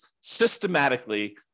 systematically